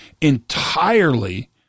entirely